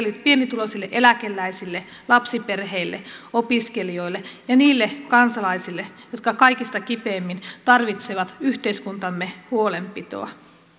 pienituloisille eläkeläisille lapsiperheille opiskelijoille ja niille kansalaisille jotka kaikista kipeimmin tarvitsevat yhteiskuntamme huolenpitoa